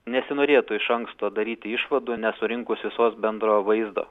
nesinorėtų iš anksto daryti išvadų nesurinkus visos bendro vaizdo